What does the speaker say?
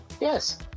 Yes